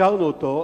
שאישרנו אותו,